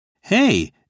Hey